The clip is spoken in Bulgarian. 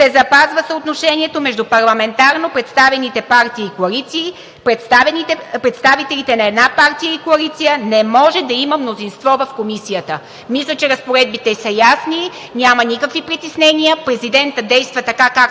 се запазва съотношението между парламентарно представените партии и коалиции. Представителите на една партия и коалиция не може да има мнозинство в комисията“. Мисля, че разпоредбите са ясни, няма никакви притеснения. Президентът действа така, както